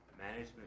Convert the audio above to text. management